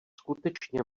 skutečně